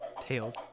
Tails